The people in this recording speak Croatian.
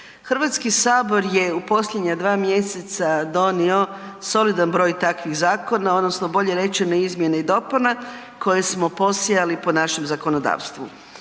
Hrvatski sabor je posljednja dva mjeseca donio solidan broj takvih zakona odnosno bolje rečeno izmjene i dopune koje smo posijali po našem zakonodavstvu.